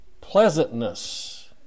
pleasantness